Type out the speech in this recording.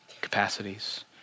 capacities